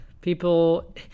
People